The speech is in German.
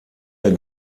der